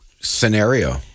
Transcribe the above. scenario